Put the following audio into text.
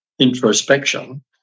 introspection